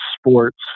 Sports